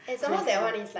bless you